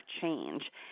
change